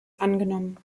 angenommen